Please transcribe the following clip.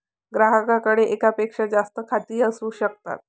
ग्राहकाकडे एकापेक्षा जास्त खाती असू शकतात